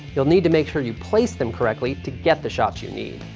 you'll need to make sure you place them correctly to get the shots you need.